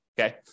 Okay